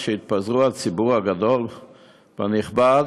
כשהתפזר הציבור הגדול והנכבד.